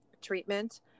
treatment